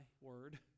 word